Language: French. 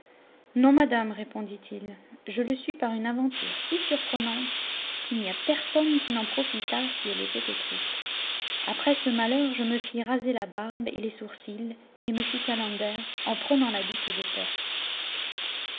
non madame répondit-il je le suis par une aventure si surprenante qu'il n'y a personne qui n'en profitât si elle était écrite après ce malheur je me fis raser la barbe et les sourcils et me fis calender en prenant l'habit que je porte